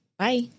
Bye